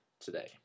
today